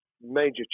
major